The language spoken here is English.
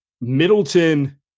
Middleton